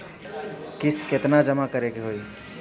किस्त केतना जमा करे के होई?